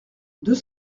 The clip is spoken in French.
deux